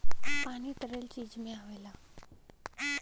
पानी तरल चीज में आवला